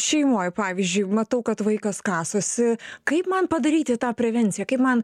šeimoj pavyzdžiui matau kad vaikas kasosi kaip man padaryti tą prevenciją kaip man